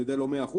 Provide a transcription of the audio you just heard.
לא 100%,